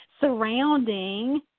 surrounding